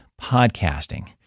podcasting